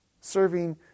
Serving